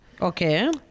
Okay